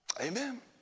Amen